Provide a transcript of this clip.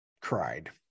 cried